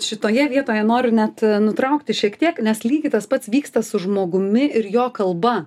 šitoje vietoje noriu net nutraukti šiek tiek nes lygiai tas pats vyksta su žmogumi ir jo kalba